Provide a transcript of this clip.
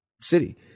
City